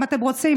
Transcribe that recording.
אם אתם רוצים,